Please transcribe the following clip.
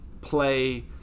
play